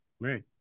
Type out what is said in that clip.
Right